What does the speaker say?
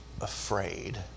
afraid